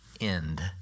end